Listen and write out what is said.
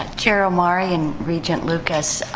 chair omari and regent lucas,